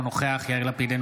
אינו נוכח יאיר לפיד,